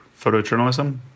photojournalism